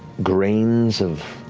grains of